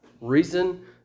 Reason